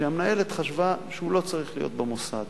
שהמנהלת חשבה שהוא לא צריך להיות במוסד